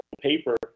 paper